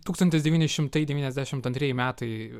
tūkstantis devyni šimtai devyniasdešimt antrieji metai